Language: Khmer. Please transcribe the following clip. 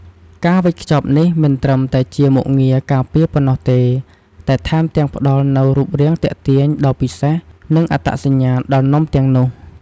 ការវេចខ្ចប់នេះមិនត្រឹមតែជាមុខងារការពារប៉ុណ្ណោះទេ តែថែមទាំងផ្តល់នូវ រូបរាងទាក់ទាញ ដ៏ពិសេស និងអត្តសញ្ញាណដល់នំទាំងនោះ។